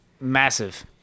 massive